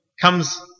comes